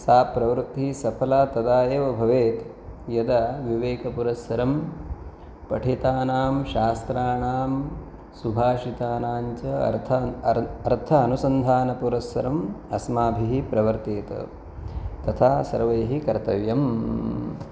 सा प्रवृत्तिः सफला तदा एव भवेत् यदा विवेकपुरस्सरं पठितानां शास्त्राणां सुभाषितानाञ्च अर्थ् अर्थानुसन्धानपुरस्सरं अस्माभिः प्रवर्तेत तथा सर्वैः कर्तव्यम्